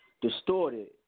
distorted